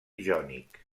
jònic